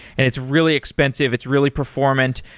and it's really expensive, it's really performant,